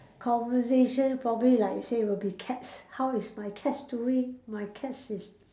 conversation probably like you say will be cats how is my cats doing my cats is